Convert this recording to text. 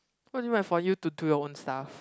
what do you mean by for you to do your own stuff